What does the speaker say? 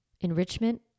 Enrichment